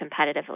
competitively